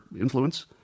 influence